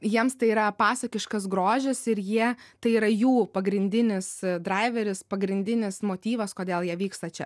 jiems tai yra pasakiškas grožis ir jie tai yra jų pagrindinis draiveris pagrindinis motyvas kodėl jie vyksta čia